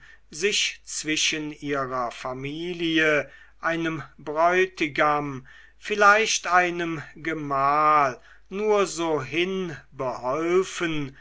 sich zwischen ihrer familie einem bräutigam vielleicht einem gemahl nur so